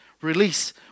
Release